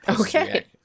Okay